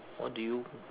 what do you